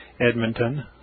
Edmonton